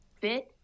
fit